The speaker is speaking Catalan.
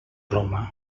roma